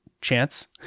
chance